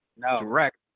Direct